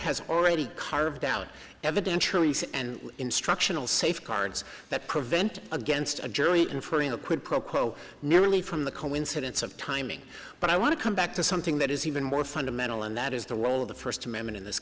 has already carved out evidentiary and instructional safeguards that prevent against a jury inferring a quid pro quo nearly from the coincidence of timing but i want to come back to something that is even more fundamental and that is the role of the first amendment in this